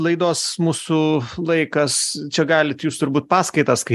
laidos mūsų laikas čia galit jūs turbūt paskaitas kai